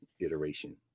iteration